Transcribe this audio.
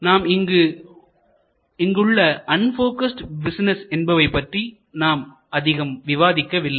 நாம் இங்கு உள்ள அண்போகஸ்டு பிசினஸ் என்பவை பற்றி நாம் அதிகம் விவாதிக்கவில்லை